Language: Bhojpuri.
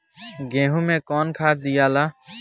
गेहूं मे कौन खाद दियाला?